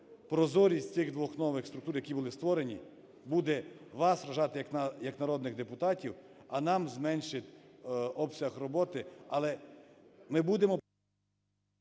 прозорість цих двох нових структур, які були створені, буде вас вражати, як народних депутатів, а нам зменшить обсяг роботи.